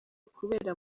kubera